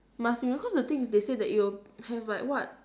must remove because the thing is that they say that it will have like what